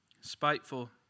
spiteful